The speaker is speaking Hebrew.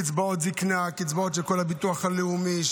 כל הקצבאות של הביטוח הלאומי,